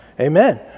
Amen